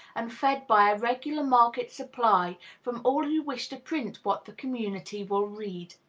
and fed by a regular market supply from all who wish to print what the community will read.